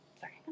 sorry